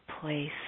place